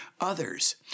Others